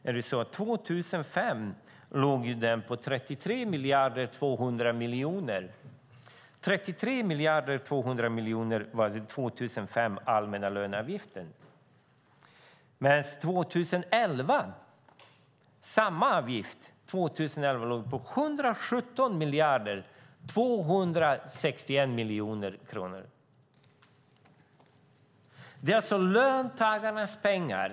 År 2005 låg den på 33,2 miljarder. År 2011 låg samma avgift på 117,261 miljarder kronor. Det är alltså löntagarnas pengar.